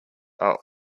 are